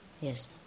yes